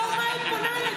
בתור מה היא פונה אליי